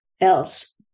else